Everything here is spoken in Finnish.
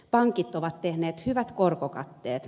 pankit ovat tehneet hyvät korkokatteet